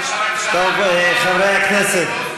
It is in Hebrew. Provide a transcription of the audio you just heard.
טוב, חברי הכנסת.